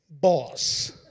Boss